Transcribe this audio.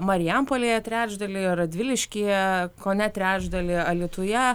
marijampolėje trečdalį radviliškyje kone trečdalį alytuje